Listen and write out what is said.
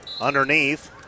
Underneath